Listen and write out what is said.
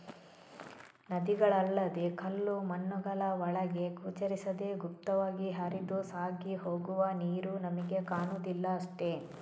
ನದಿಗಳಲ್ಲದೇ ಕಲ್ಲು ಮಣ್ಣುಗಳ ಒಳಗೆ ಗೋಚರಿಸದೇ ಗುಪ್ತವಾಗಿ ಹರಿದು ಸಾಗಿ ಹೋಗುವ ನೀರು ನಮಿಗೆ ಕಾಣುದಿಲ್ಲ ಅಷ್ಟೇ